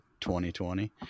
2020